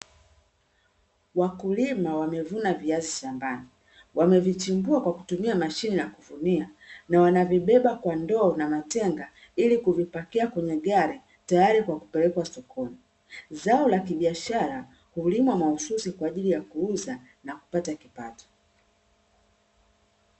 Wakulima wamevuna viazi shambani, wamevijimbua kwa kutumia mashine ya kuvunia na wanavibeba kwa ndoo na matenga ili kuvipakia kwenye gari tayari kwa kupelekwa sokoni. Zao la kibiashara hulimwa mahususi kwaajili ya kuuza na kupata kipato.